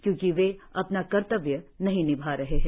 क्योंकि वे अपना कर्तव्य नहीं निभा रहे है